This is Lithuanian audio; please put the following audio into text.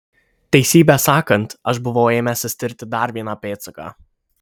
teisybę sakant aš buvau ėmęsis tirti dar vieną pėdsaką